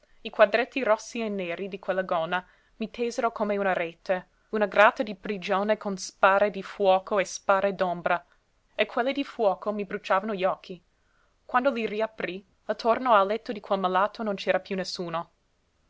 i quadretti rossi e neri di quella gonna mi tesero come una rete una grata di prigione con sbarre di fuoco e sbarre d'ombra e quelle di fuoco mi bruciavano gli occhi quando li riaprii attorno al letto di quel malato non c'era piú nessuno